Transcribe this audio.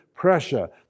pressure